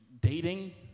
dating